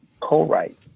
co-write